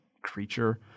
creature